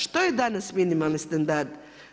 Što je danas minimalni standard?